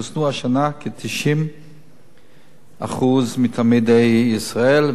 חוסנו השנה כ-90% מתלמידי ישראל,